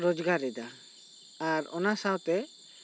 ᱨᱳᱡᱽᱜᱟᱨ ᱮᱫᱟ ᱟᱨ ᱚᱱᱟ ᱥᱟᱶᱛᱮ